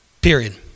Period